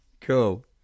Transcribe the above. Cool